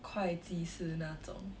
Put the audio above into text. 会计师那种